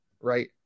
right